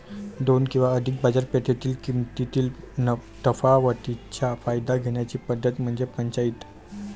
दोन किंवा अधिक बाजारपेठेतील किमतीतील तफावतीचा फायदा घेण्याची पद्धत म्हणजे पंचाईत